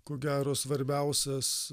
ko gero svarbiausias